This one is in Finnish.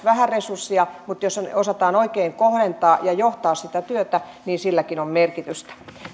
vähän resursseja mutta jos ne osataan oikein kohdentaa ja johtaa sitä työtä niin silläkin on merkitystä